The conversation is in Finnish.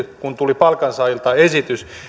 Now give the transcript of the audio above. kun tuli palkansaajilta esitys